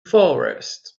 forest